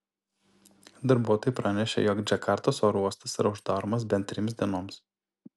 darbuotojai pranešė jog džakartos oro uostas yra uždaromas bent trims dienoms